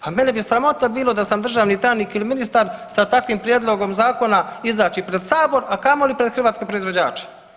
Pa mene bi sramota bilo da sam državni tajnik ili ministar sa takvim prijedlogom zakona izaći pred sabor, a kamoli pred hrvatske proizvođače.